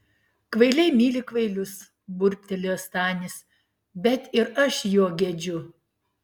kvailiai myli kvailius burbtelėjo stanis bet ir aš jo gedžiu